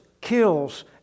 kills